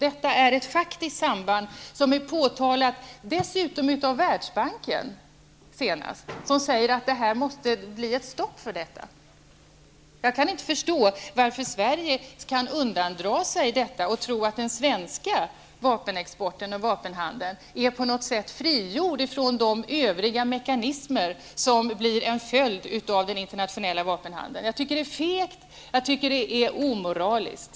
Här finns ett faktiskt samband som dessutom senast påtalats av Värlsbanken, som säger att det måste bli ett stopp för detta. Jag kan inte förstå att Sverige kan undandra sig denna vetskap och tro att den svenska vapenexporten och vapenhandeln på något sätt är frigjord från de övriga mekanismer som blir en följd av den internationella vapenhandeln. Jag tycker att det är fegt och omoraliskt.